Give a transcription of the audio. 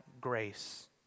grace